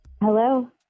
Hello